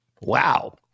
Wow